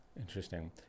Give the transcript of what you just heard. Interesting